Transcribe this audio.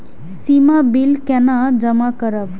सीमा bill केना जमा करब?